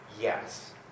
Yes